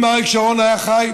אם אריק שרון היה חי,